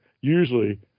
usually